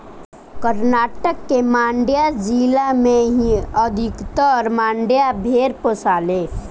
कर्नाटक के मांड्या जिला में ही अधिकतर मंड्या भेड़ पोसाले